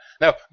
Now